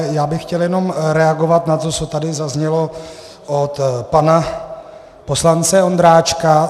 Já bych chtěl jenom reagovat na to, co tady zaznělo od pana poslance Ondráčka.